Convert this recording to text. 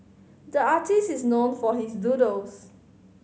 the artist is known for his doodles